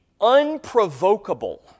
unprovocable